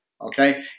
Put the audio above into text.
okay